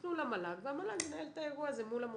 שיפנו למל"ג והמל"ג ינהל את האירוע הזה מול המוסד.